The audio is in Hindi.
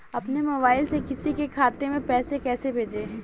अपने मोबाइल से किसी के खाते में पैसे कैसे भेजें?